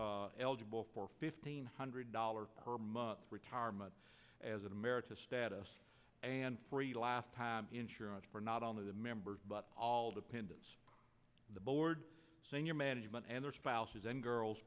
become eligible for fifteen hundred dollars per month retirement as a marital status and three last time insurance for not on the member but all dependents the board senior management and their spouses and girls